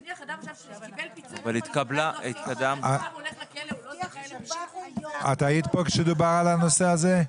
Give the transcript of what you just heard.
נניח אדם שקיבל פיצוי והולך לכלא --- את היית פה כשדובר על הנושא הזה?